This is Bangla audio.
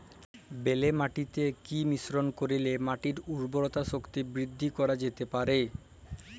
বেলে মাটিতে কি মিশ্রণ করিলে মাটির উর্বরতা শক্তি বৃদ্ধি করা যেতে পারে?